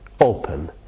open